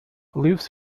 lives